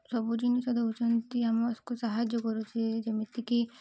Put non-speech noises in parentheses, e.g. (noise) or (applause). ସବୁ ଜିନିଷ ଦେଉଛନ୍ତି ଆମକୁ ସାହାଯ୍ୟ (unintelligible) ଯେମିତିକି